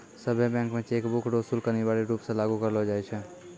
सभ्भे बैंक मे चेकबुक रो शुल्क अनिवार्य रूप से लागू करलो जाय छै